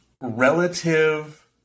Relative